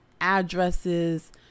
addresses